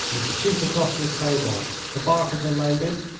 and shoot across this table. the barkers are loaded.